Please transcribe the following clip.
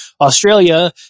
Australia